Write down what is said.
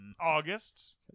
august